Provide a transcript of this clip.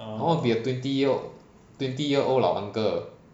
I wanna be a twenty year twenty year old 老 uncle